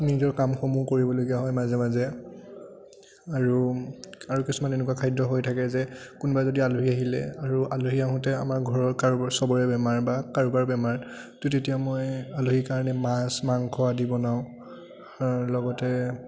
নিজৰ কামসমূহ কৰিবলগীয়া হয় মাজে মাজে আৰু আৰু কিছুমান এনেকুৱা খাদ্য হৈ থাকে যে কোনোবা যদি আলহী আহিলে আৰু আলহী আহোঁতে আমাৰ ঘৰৰ কাৰোবাৰ চবৰে বেমাৰ বা কাৰোবাৰ বেমাৰ ত' তেতিয়া মই আলহীৰ কাৰণে মাছ মাংস আদি বনাওঁ লগতে